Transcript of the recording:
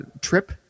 trip